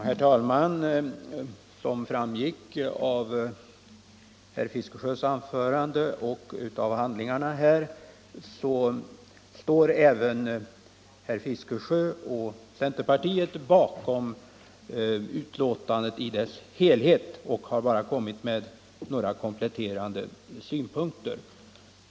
Herr talman! Som framgår av herr Fiskesjös anförande och av handlingarna står även herr Fiskesjö och centerpartiet bakom betänkandet i dess helhet — man har bara kommit med några kompletterande synpunkter.